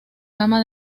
gama